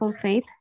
faith